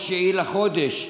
ב-9 בחודש,